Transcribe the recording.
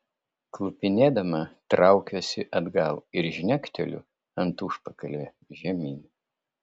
klupinėdama traukiuosi atgal ir žnekteliu ant užpakalio žemyn